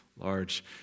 large